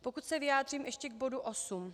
Pokud se vyjádřím ještě k bodu osm.